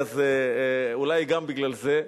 אז אולי גם בגלל זה.